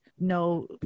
no